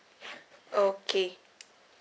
okay